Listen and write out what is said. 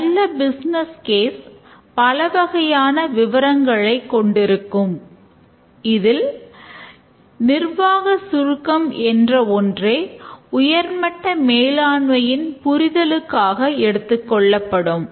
ஒரு நல்ல business case பலவகையான விவரங்களைக் கொண்டிருக்கும் அதில் நிர்வாகச் சுருக்கம் என்ற ஒன்றே உயர்மட்ட மேலாண்மையின் புரிதலுக்காக எடுத்துக்கொள்ளப்படும்